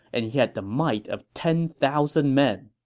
and had the might of ten thousand men.